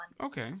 Okay